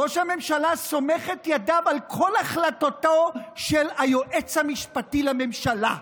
ראש הממשלה סומך את ידיו על כל החלטותיו של היועץ המשפטי לממשלה.